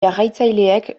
jarraitzaileek